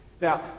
Now